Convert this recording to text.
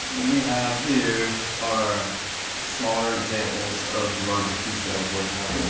we have here are smaller examples of the larger piece that i was working on.